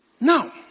Now